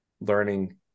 learning